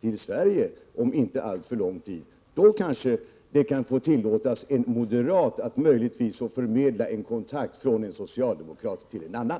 till Sverige inom en inte alltför avlägsen framtid. Då kanske det kan tillåtas en moderat att förmedla en kontakt från en socialdemokrat till en annan!